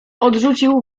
odrzucił